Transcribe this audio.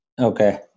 Okay